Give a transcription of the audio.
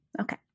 Okay